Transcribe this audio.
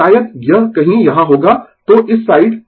तो शायद यह कहीं यहां होगा तो इस साइड